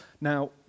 Now